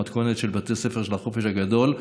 למתכונת של בתי ספר של החופש הגדול.